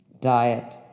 diet